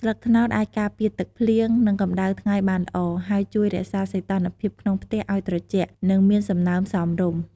ស្លឹកត្នោតអាចការពារទឹកភ្លៀង និងកំដៅថ្ងៃបានល្អ ហើយជួយរក្សាសីតុណ្ហភាពក្នុងផ្ទះឲ្យត្រជាក់ និងមានសំណើមសមរម្យ។